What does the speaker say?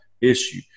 issue